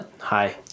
Hi